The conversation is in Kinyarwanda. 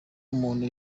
umuntu